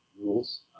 rules